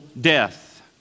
death